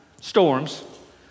storms